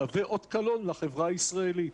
מהווה אות קלון לחברה הישראלית.